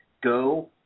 go